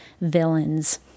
villains